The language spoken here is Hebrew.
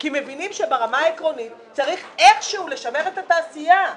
כי מבינים שברמה העקרונית צריך איכשהו לשמר את התעשייה.